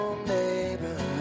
neighborhood